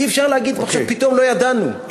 אי-אפשר להגיד עכשיו פתאום: לא ידענו.